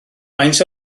faint